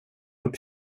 upp